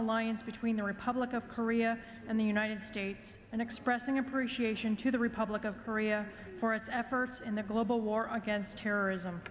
alliance between the republic of korea and the united states and expressing appreciation to the republic of korea for its efforts in the global war against terrorism